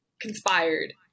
conspired